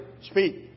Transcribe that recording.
Speak